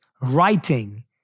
Writing